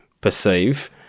perceive